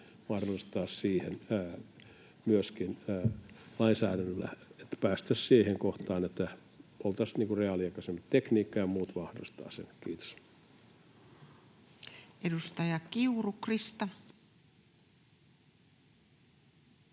mahdollistaa se myöskin lainsäädännöllä, että päästäisiin siihen kohtaan, että oltaisiin reaaliaikaisempia. Tekniikka ja muut mahdollistavat sen. — Kiitos. [Speech 352]